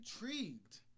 intrigued